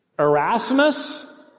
Erasmus